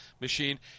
machine